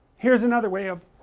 here is another way of